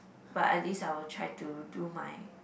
but at least I will try to do my